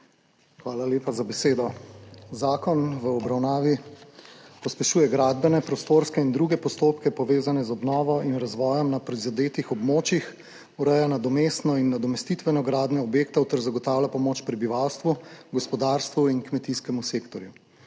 Hvala lepa za besedo. Zakon v obravnavi pospešuje gradbene prostorske in druge postopke, povezane z obnovo in razvojem na prizadetih območjih, ureja nadomestno in nadomestitveno gradnjo objektov ter zagotavlja pomoč prebivalstvu, gospodarstvu in kmetijskemu sektorju.